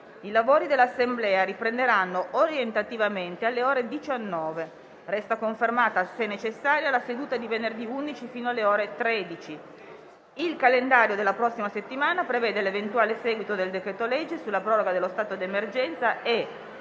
I lavori dell'Assemblea riprenderanno orientativamente alle ore 19. Resta confermata, se necessaria, la seduta di venerdì 11 fino alle ore 13. Il calendario della prossima settimana prevede l'eventuale seguito del decreto-legge sulla proroga dello stato di emergenza e,